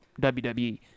WWE